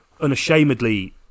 unashamedly